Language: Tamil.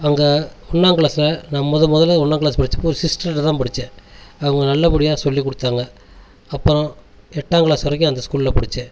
அங்கே ஒன்ன கிளாஸில் நான் மொத முதல்ல ஒன்னா கிளாஸ் படிச்சப்போ சிஸ்டர்கிட்டத்தான் படிச்சேன் அவங்க நல்ல படியா சொல்லிக் கொடுத்தாங்க அப்புறம் எட்டாம் கிளாஸ் வரைக்கும் அந்த ஸ்கூலில் தான் படிச்சேன்